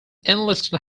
enlisted